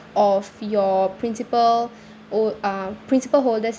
of your principal oo uh principal holder's